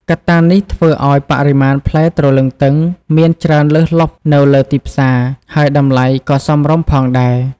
កត្តានេះធ្វើឱ្យបរិមាណផ្លែទ្រលឹងទឹងមានច្រើនលើសលប់នៅលើទីផ្សារ ហើយតម្លៃក៏សមរម្យផងដែរ។